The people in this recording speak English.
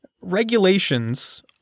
Regulations